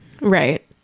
Right